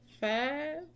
Five